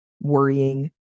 worrying